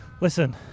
Listen